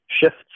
shifts